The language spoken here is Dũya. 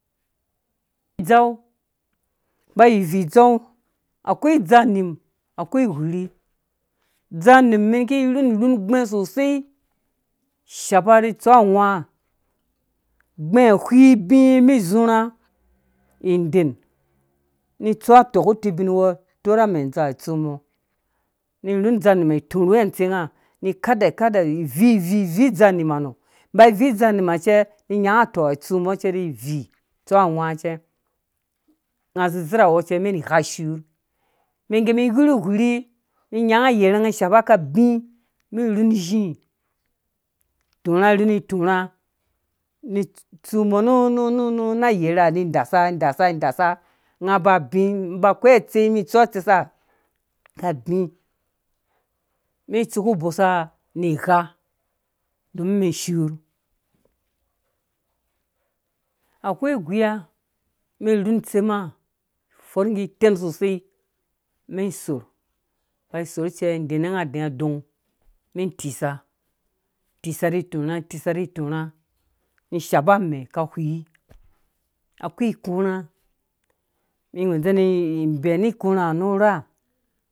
Dzau mba vii dzau akwai zau nim akwai whiri dzau niim mɛn ki rhun. rhun gbɛ̃ sosei shapa rhi tsu awã gbɛ̃ whii bi mɛn zurha iden ni tsu atɔɔk ku tubin wɔ torh amɛ dzau ha tsu mɔ ni rhan udzau niimha turhu we atsɛnga ni kada kada vi vii vii dzau niimha nɔ ni nyanga atɔ hã tsu mɔ cɛ nitsu awã cɛ nga zeizei rha cɛmɛn gha shur ge mi whiirhu whiirhi mɛn nyanga ayerhe shapa ka bĩ men rhun izhi turha rhun ni turha ni tsu mɔ nu agɛrɛ ha aini dasa nga ba bĩ ba akwai atsei mɛntsu atsesa ka bĩ mɛn tsu ku bosa ni gha omin mɛn shur akwai uguya mɛn rhun itsema fɔr ngge tɛn sosei mɛn sorh ba cɛ dene nga adɛɛ dong mɛn tisa tisa ni turha tisa ni turha ni shapa amɛ ka whii akũ ikũrha ni ween ni bɛni ikurhã hã nu rha.